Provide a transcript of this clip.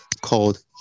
called